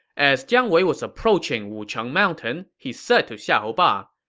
as jiang wei was approaching wucheng mountain, he said to xiahou ba,